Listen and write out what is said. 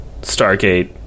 Stargate